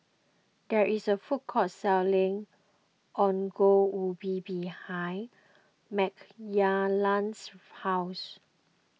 there is a food court selling Ongol Ubi behind Mckayla's house